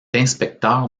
inspecteur